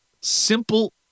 simple